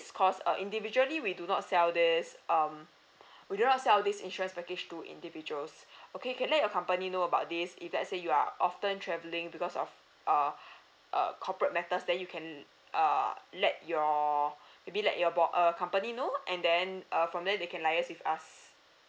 cause uh individually we do not sell this um we do not sell this insurance package to individuals okay can let your company know about this if let's say you are often travelling because of uh uh corporate matters that you can err let your maybe let your bo~ uh company know and then uh from there they can liaise with us